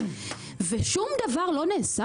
ושום דבר לא נעשה